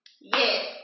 Yes